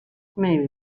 maybe